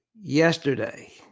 yesterday